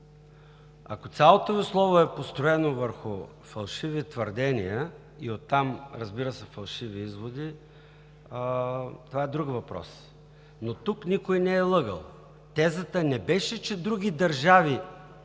Ако цялото Ви слово е построено върху фалшиви твърдения и оттам, разбира се, фалшиви изводи, това е друг въпрос, но тук никой не е лъгал. Тезата не беше, че други държави